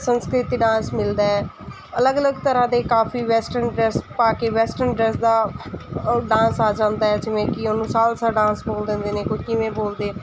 ਸੰਸਕ੍ਰਿਤੀ ਡਾਂਸ ਮਿਲਦਾ ਅਲੱਗ ਅਲੱਗ ਤਰ੍ਹਾ ਦੇ ਕਾਫੀ ਵੈਸਟਰਨ ਡਰੈੱਸ ਪਾ ਕੇ ਵੈਸਟਰਨ ਡਰੈੱਸ ਦਾ ਡਾਂਸ ਆ ਜਾਂਦਾ ਜਿਵੇਂ ਕਿ ਉਹਨੂੰ ਸਾਲਸਾ ਡਾਂਸ ਬੋਲ ਦਿੰਦੇ ਨੇ ਕੋਈ ਕਿਵੇਂ ਬੋਲਦੇ